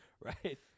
Right